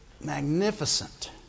magnificent